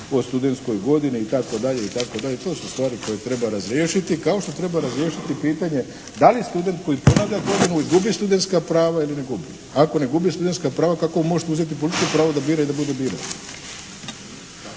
o studenskoj godini itd., itd. to su stvari koje treba razriješiti. Kao što treba razriješiti pitanje da li student koji ponavlja godinu gubi studenska prava ili ne gubi. Ako ne gubi studenska prava kako mu možete uzeti političko pravo da bira i da bude biran.